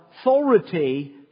authority